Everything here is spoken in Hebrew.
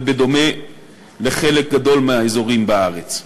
ובדומה לחלק גדול מהאזורים בארץ.